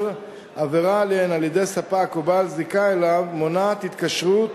שעבירה עליהן על-ידי ספק או בעל זיקה אליו מונעת התקשרות